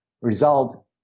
result